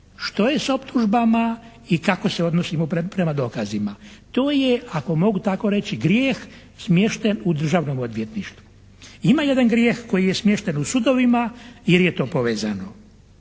Što je s optužbama i kako se odnosimo prema dokazima, to je ako mogu tako reći grijeh smješten u Državnom odvjetništvu. Ima jedan grijeh koji je smješten u sudovima, jer je to povezano.